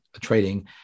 trading